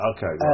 Okay